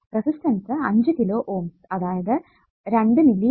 resistance 5 kilo Ωs അതായതു 2 milli amps